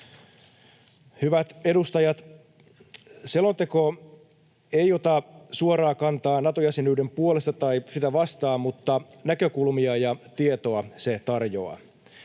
Hyvät edustajat, selonteko ei ota suoraan kantaa Nato-jäsenyyden puolesta tai sitä vastaan, mutta näkökulmia ja tietoa se tarjoaa.